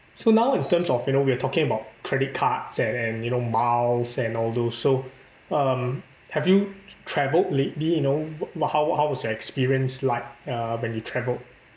so now in terms of you know we are talking about credit cards and and you know miles and all those so um have you travelled lately you know how how was your experience like uh when you travelled